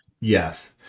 Yes